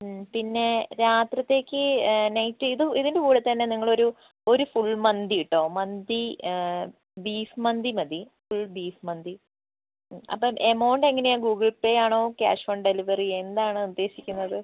അ പിന്നെ രാത്രിയിലത്തേക്ക് നൈറ്റ് ഇതു ഇതിൻ്റെ കൂടെത്തന്നെ നിങ്ങളൊരൂ ഒരു ഫുൾ മന്തി കിട്ടുമോ മന്തി ബീഫ് മന്തി മതി ഫുൾ ബീഫ് മന്തി അപ്പോൾ എമൗണ്ട് എങ്ങനെയാ ഗൂഗിൾ പേ ആണോ ക്യാഷ് ഓൺ ഡെലിവറി എന്താണ് ഉദ്ദേശിക്കുന്നത്